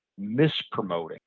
mispromoting